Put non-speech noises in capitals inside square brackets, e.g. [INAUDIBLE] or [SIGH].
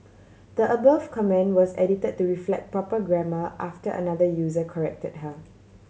[NOISE] the above comment was edit to reflect proper grammar after another user corrected her